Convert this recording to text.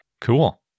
Cool